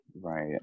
Right